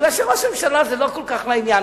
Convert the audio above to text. כי ראש הממשלה זה לא כל כך לעניין,